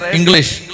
English